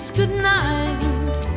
goodnight